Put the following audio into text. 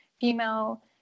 female